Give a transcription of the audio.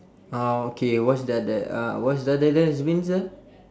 oh okay what's the other uh what's means uh